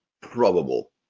probable